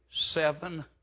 seven